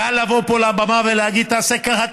קל לבוא פה לבמה ולהגיד: תעשה ככה,